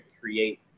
create